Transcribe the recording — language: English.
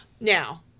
Now